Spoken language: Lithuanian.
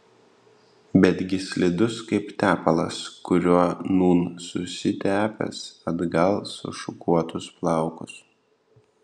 betgi slidus kaip tepalas kuriuo nūn susitepęs atgal sušukuotus plaukus